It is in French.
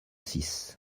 six